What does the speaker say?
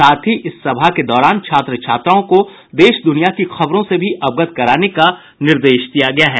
साथ ही इस सभा के दौरान छात्र छात्राओं को देश दुनिया की खबरों से अवगत कराने का भी निर्देश दिया गया है